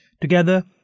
Together